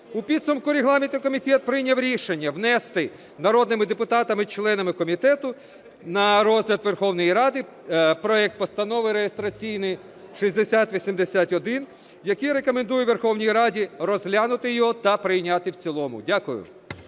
У підсумку регламентний комітет прийняв рішення внести народними депутатами членами комітету на розгляд Верховної Ради проект Постанови реєстраційний 6081, який рекомендує Верховній Раді розглянути його та прийняти в цілому. Дякую.